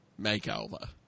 Makeover